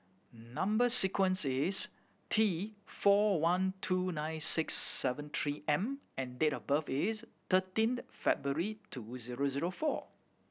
number sequence is T four one two nine six seven Three M and date of birth is thirteenth February two zero zero four